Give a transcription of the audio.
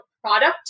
product